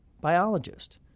Biologist